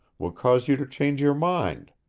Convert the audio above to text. will cause you to change your mind.